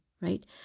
right